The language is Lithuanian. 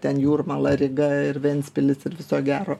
ten jūrmala ryga ir ventspilis ir viso gero